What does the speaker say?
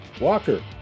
Walker